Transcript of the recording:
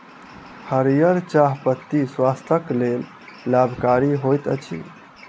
हरीयर चाह पत्ती स्वास्थ्यक लेल लाभकारी होइत अछि